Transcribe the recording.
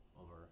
over